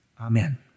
Amen